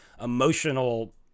emotional